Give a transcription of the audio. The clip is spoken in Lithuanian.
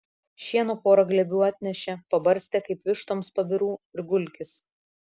šieno pora glėbių atnešė pabarstė kaip vištoms pabirų ir gulkis